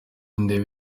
ndeba